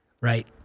Right